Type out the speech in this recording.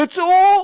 תצאו